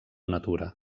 natura